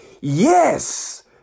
Yes